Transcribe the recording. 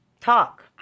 Talk